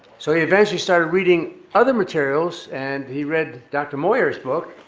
so he eventually started reading other materials, and he read dr. moyar's book,